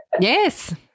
Yes